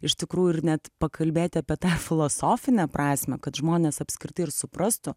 iš tikrųjų ir net pakalbėti apie tą filosofinę prasmę kad žmonės apskritai ir suprastų